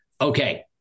Okay